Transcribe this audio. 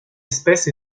espèce